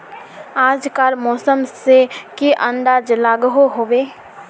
आज कार मौसम से की अंदाज लागोहो होबे?